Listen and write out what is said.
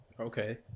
Okay